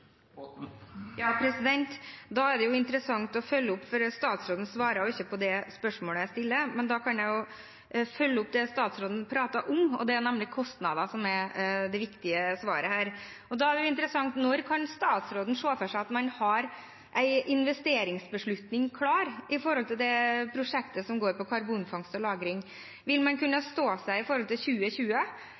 Det er interessant å følge opp dette, for statsråden svarer ikke på det spørsmålet jeg stiller. Men jeg kan følge opp det statsråden prater om, og det er nemlig kostnader som er det viktige svaret her. Da er det interessant å få vite: Når ser statsråden for seg at man har en investeringsbeslutning klar for det prosjektet som går på karbonfangst og -lagring? Vil man kunne klare det innen 2020, eller vil man drøye det til